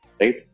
right